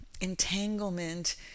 entanglement